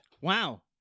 Wow